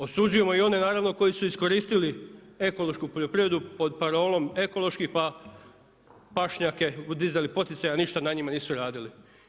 Osuđujemo i one naravno koji su iskoristili ekološku poljoprivredu pod parolom ekološki pa pašnjake dizali poticaje a ništa na njima nisu radili.